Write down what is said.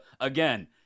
again